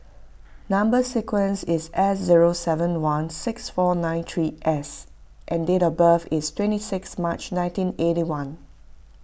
Number Sequence is S zero seven one six four nine three S and date of birth is twenty six March nineteen eighty one